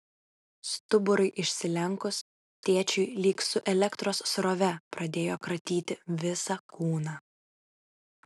stuburui išsilenkus tėčiui lyg su elektros srove pradėjo kratyti visą kūną